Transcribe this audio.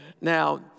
Now